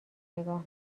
نگاه